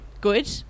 Good